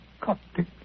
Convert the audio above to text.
Coptic